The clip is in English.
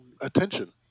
attention